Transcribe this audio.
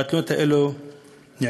והתלונות האלה נעלמו,